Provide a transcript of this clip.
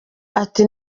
ati